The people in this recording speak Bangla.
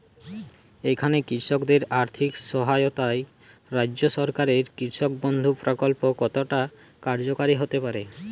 এখানে কৃষকদের আর্থিক সহায়তায় রাজ্য সরকারের কৃষক বন্ধু প্রক্ল্প কতটা কার্যকরী হতে পারে?